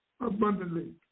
abundantly